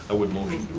ah would motion